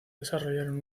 desarrollaron